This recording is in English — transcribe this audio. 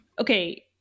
Okay